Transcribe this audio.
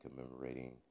commemorating